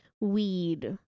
weed